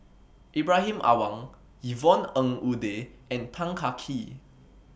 Ibrahim Awang Yvonne Ng Uhde and Tan Kah Kee